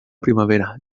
primavera